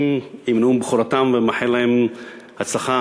על נאומי בכורתם ומאחל להם הצלחה,